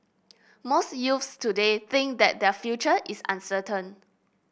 most youths today think that their future is uncertain